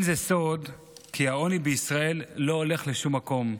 זה לא סוד כי העוני בישראל לא הולך לשום מקום.